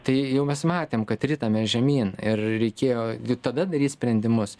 tai jau mes matėm kad ritamės žemyn ir reikėjo tada daryt sprendimus